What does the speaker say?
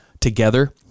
together